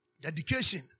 Dedication